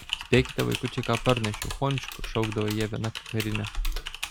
spėkite vaikučiai ką parnešiau pončkų šaukdavo jie viena kakarine